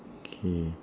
K